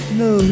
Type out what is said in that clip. no